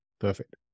perfect